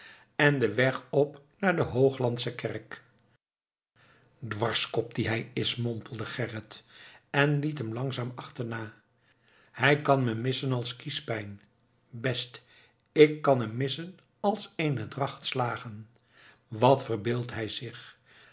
en den weg op naar de hooglandsche kerk dwarskop die hij is mompelde gerrit en liep hem langzaam achterna hij kan me missen als kiespijn best ik kan hem missen als eene dracht slagen wat verbeeldt hij zich